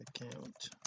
account